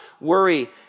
worry